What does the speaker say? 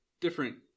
different